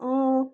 अँ